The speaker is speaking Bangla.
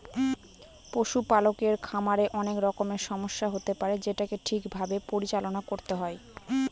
পশুপালকের খামারে অনেক রকমের সমস্যা হতে পারে যেটাকে ঠিক ভাবে পরিচালনা করতে হয়